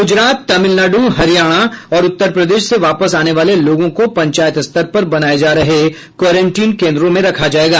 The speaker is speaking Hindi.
गुजरात तमिलनाडु हरियाणा और उत्तर प्रदेश से वापस आने वाले लोगों को पंचायत स्तर पर बनाये जा रहे क्वारेंटीन केंद्रों में रखा जाएगा